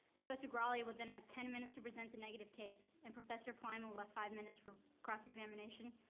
professor graglia but then have ten minutes to present the negative case, and professor palaima will have five minutes for cross-examination.